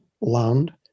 land